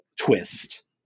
twist